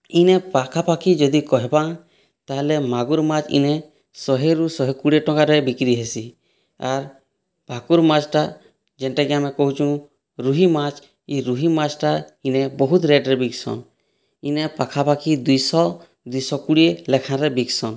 ଇନେ ପାଖାପାଖି ଯଦି କହେମା ତା'ହେଲେ ମାଗୁର୍ ମାଛ୍ ଇନେ ଶହେରୁ ଶହେ କୁଡ଼େ ଟଙ୍କାରେ ବିକ୍ରି ହେସି ଆର୍ ଭାକୁର୍ ମାଛ୍ଟା ଯେନ୍ଟାକେ ଆମେ କହୁଛୁଁ ରୁହି ମାଛ୍ ଇ ରୁହି ମାଛ୍ଟା ଇନେ ବହୁତ୍ ରେଟ୍ରେ ବିକ୍ସନ୍ ଇନେ ପାଖପାଖି ଦୁଇଶହ ଦୁଇଶହ କୁଡ଼େ ଲେଖାଁରେ ବିକ୍ସନ୍